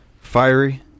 Fiery